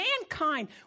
mankind